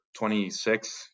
26